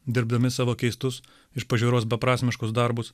dirbdami savo keistus iš pažiūros beprasmiškus darbus